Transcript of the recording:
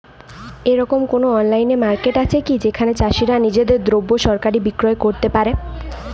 এরকম কোনো online market আছে কি যেখানে চাষীরা নিজেদের দ্রব্য সরাসরি বিক্রয় করতে পারবে?